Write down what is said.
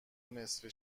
نصفه